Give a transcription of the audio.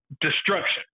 destruction